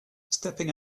stepping